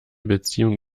beziehung